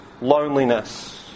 loneliness